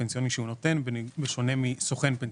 הפנסיוני שהוא נותן בשונה מסוכן פנסיוני.